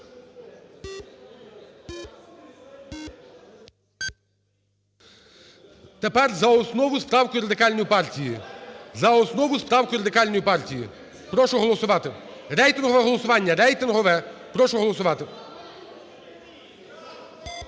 За основу з правкою Радикальної партії. Прошу голосувати. Рейтингове голосування. Рейтингове. Прошу голосувати.